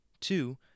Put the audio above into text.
two